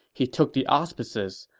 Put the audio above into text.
he took the auspices,